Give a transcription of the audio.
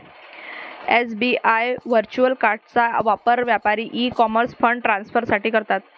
SBI virtual कार्डचा वापर व्यापारी ई कॉमर्स फंड ट्रान्सफर साठी करतात